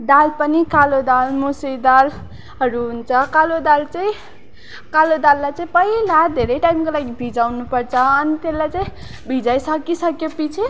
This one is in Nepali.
दाम पनि कालो दाल मुसुरी दालहरू हुन्छ कालो दाल चाहिँ कालो दाललाई चाहिँ पहिला धेरै टाइमको लागि भिजाउनु पर्छ अन्त त्यसलाई चाहिँ भिजई सकिसकेपछि